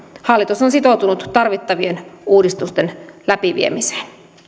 hallitus on sitoutunut tarvittavien uudistusten läpiviemiseen